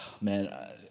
man